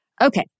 Okay